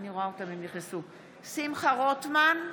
שמחה רוטמן,